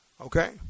okay